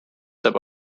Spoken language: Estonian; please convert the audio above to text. saab